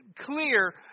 clear